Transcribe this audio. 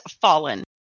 fallen